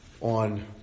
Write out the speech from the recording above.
on